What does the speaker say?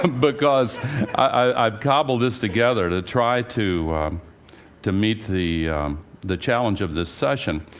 because i've cobbled this together to try to to meet the the challenge of this session.